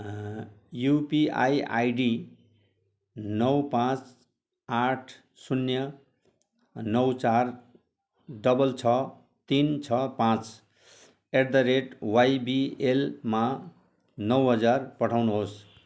UPI ID नौ पाँच आठ शून्य नौ चार डबल छ तिन छ पाँच एट द रेट वाइबिएलमा नौ हजार पठाउनुहोस्